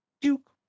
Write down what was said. Duke